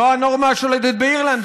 זו הנורמה השולטת באירלנד,